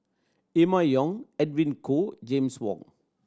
Emma Yong Edwin Koo James Wong